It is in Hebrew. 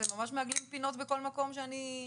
אתם ממש מעגלים פינות בכל מקום שאנחנו